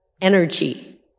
energy